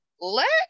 let